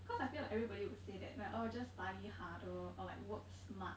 cause I feel like everybody will say that like oh just study harder or like work smart